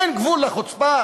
אין גבול לחוצפה